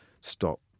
stop